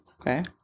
Okay